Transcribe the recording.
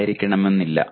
ആയിരിക്കണമെന്നില്ല